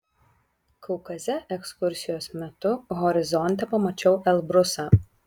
kaukaze ekskursijos metu horizonte pamačiau elbrusą